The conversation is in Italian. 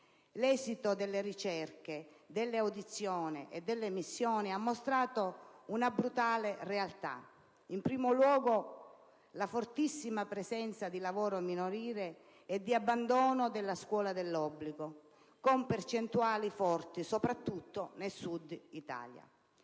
L'esito delle ricerche, delle audizioni e delle missioni ha mostrato una brutale realtà. In primo luogo, ha evidenziato la fortissima presenza di lavoro minorile e di abbandono della scuola dell'obbligo con percentuali elevate soprattutto nel Sud Italia.